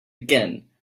again